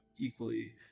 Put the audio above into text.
equally